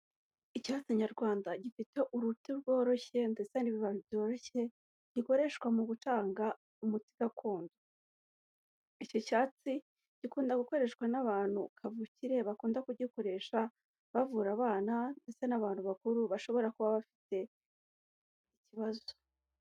Icyatsi nyarwanda gifite uruti rworoshye ndetse n'ibibi byoroshye gikoreshwa mu gutanga umuti gakondo, icyo cyatsi gikunda gukoreshwa n'abantu kavukire bakunda kugikoresha bavura abana ndetse n'abantu bakuru bashobora kuba bafite ikibazo.